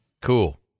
Cool